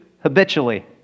habitually